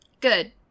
Good